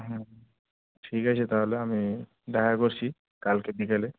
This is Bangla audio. হ্যাঁ ঠিক আছে তাহলে আমি দেখা করছি কালকে বিকেলে